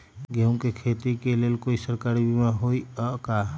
गेंहू के खेती के लेल कोइ सरकारी बीमा होईअ का?